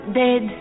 dead